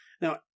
Now